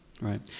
Right